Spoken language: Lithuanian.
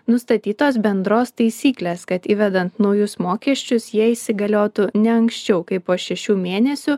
nustatytos bendros taisyklės kad įvedant naujus mokesčius jie įsigaliotų ne anksčiau kaip po šešių mėnesių